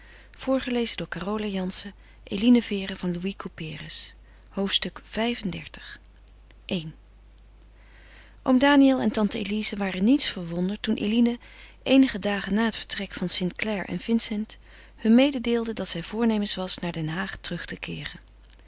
gesterkt hoofdstuk xxxv i oom daniël en tante elize waren niets verwonderd toen eline eenige dagen na het vertrek van st clare en vincent hun mededeelde dat zij voornemens was naar den haag terug te keeren